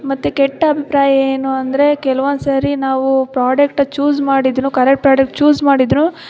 ಮತ್ತು ಕೆಟ್ಟ ಅಭಿಪ್ರಾಯ ಏನು ಅಂದರೆ ಕೆಲವೊಂದು ಸರಿ ನಾವು ಪ್ರಾಡಕ್ಟ ಚೂಸ್ ಮಾಡಿದರೂ ಕರೆಕ್ಟ್ ಪ್ರಾಡಕ್ಟ್ ಚೂಸ್ ಮಾಡಿದರೂ